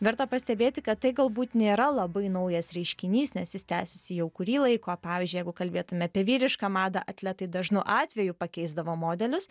verta pastebėti kad tai galbūt nėra labai naujas reiškinys nes jis tęsiasi jau kurį laiko pavyzdžiui jeigu kalbėtume apie vyrišką madą atletai dažnu atveju pakeisdavo modelius